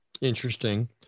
Interesting